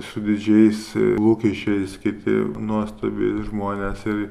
su didžiais e lūkesčiais kiti nuostabi žmonės ir